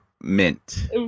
mint